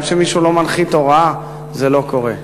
עד שמישהו לא מנחית הוראה, זה לא קורה.